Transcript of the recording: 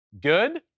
Good